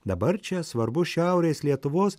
dabar čia svarbus šiaurės lietuvos